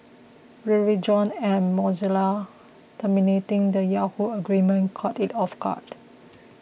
Verizon and Mozilla terminating the Yahoo agreement caught it off guard